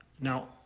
Now